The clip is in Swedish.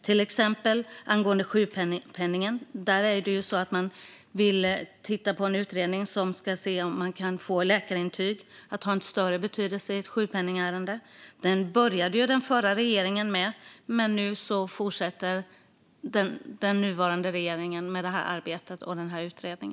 När det gäller sjukpenningen vill man titta på en utredning som ska se om det går att få läkarintyg att ha större betydelse i ett sjukpenningärende. Det började den förra regeringen med, och nu fortsätter den nuvarande regeringen detta arbete och denna utredning.